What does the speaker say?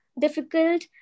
difficult